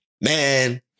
Man